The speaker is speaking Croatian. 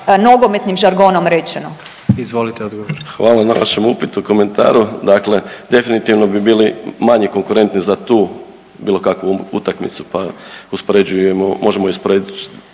Izvolite odgovor. **Majdak, Tugomir** Hvala na vašem upitu, komentaru. Dakle, definitivno bi bili manje konkurentni za tu bilo kakvu utakmicu, pa uspoređujemo,